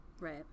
right